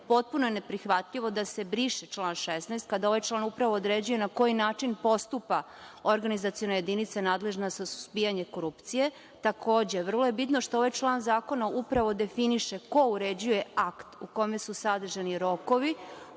Potpuno je neprihvatljivo da se briše član 16. kada ovaj član upravo određuje na koji način postupa organizaciona jedinica nadležna za suzbijanje korupcije. Takođe, vrlo je bitno što ovaj član zakona upravo definiše ko uređuje akt u kome su sadržani rokovi